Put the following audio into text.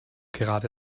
gerade